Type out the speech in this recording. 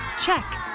check